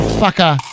fucker